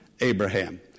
Abraham